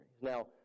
Now